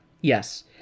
yes